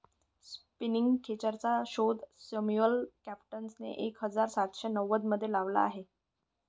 spinning खेचरचा शोध Samuel क्रॉम्प्टनने एक हजार सातशे नव्वदमध्ये लावला